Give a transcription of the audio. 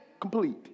Complete